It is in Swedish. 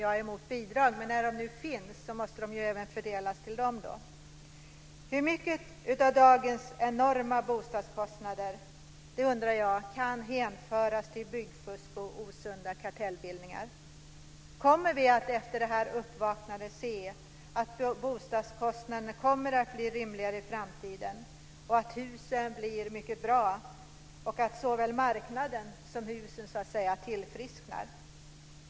Jag är emot bidrag, men när de finns måste de fördelas även till dem. Hur mycket av dagens enorma bostadskostnader kan hänföras till byggfusk och osunda kartellbildningar? Kommer vi efter detta uppvaknande att se att bostadskostnaderna kommer att bli rimligare i framtiden, att husen blir mycket bra och att såväl marknaden som husen tillfrisknar?